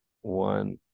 one